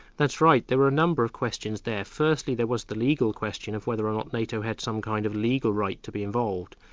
that's right. there were a number of questions there. firstly there was the legal question of whether or not nato had some kind of legal right to be involved.